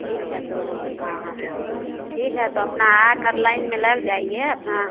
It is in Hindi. ठीक है तो अपना ठीक है तो अपना आकर लाइन में लग जाइए अपना